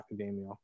academia